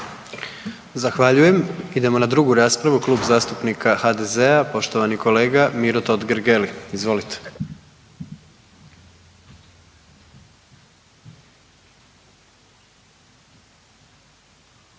Zahvaljujem. Idemo na drugu raspravu, Klub zastupnika HDZ-a poštovani kolega Miro Totgergeli. Izvolite.